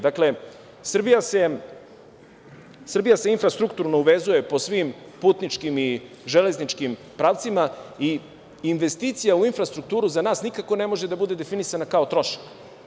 Dakle, Srbija se infrastrukturno uvezuje po svim putničkim i železničkim pravcima i investicija u infrastrukturu za nas nikako ne može da bude definisana kao trošak.